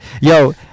Yo